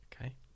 Okay